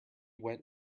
went